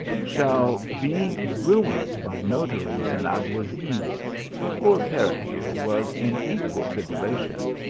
shall be ruined by notaries and alguazils. poor peregil was in equal tribulation,